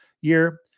year